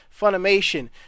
Funimation